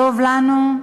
טוב לנו,